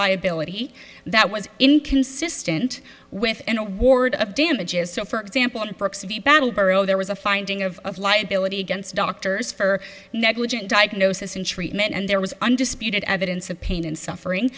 liability that was inconsistent with an award of damages so for example the proxy battle borough there was a finding of of liability against doctors for negligent diagnosis and treatment and there was undisputed evidence of pain and suffering